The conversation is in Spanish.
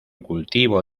cultivo